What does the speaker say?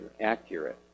accurate